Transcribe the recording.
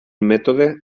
mètode